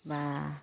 बा